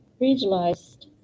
regionalized